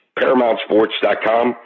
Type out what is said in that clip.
paramountsports.com